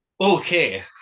okay